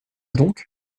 donc